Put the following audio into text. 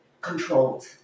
controlled